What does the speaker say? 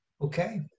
okay